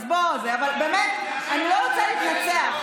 אז בוא, באמת, אני לא רוצה להתנצח.